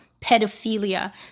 pedophilia